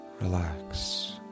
Relax